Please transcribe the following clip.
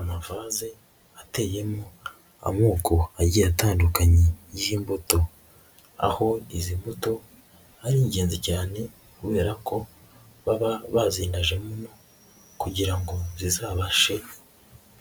amavaze ateyemo amoko agiye atandukanye y'imbuto, aho izi mbuto ari ingenzi cyane kubera ko baba bazinajemo mu no kugira ngo zizabashe